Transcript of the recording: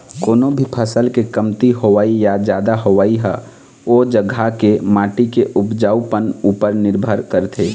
कोनो भी फसल के कमती होवई या जादा होवई ह ओ जघा के माटी के उपजउपन उपर निरभर करथे